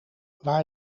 waar